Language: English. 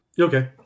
Okay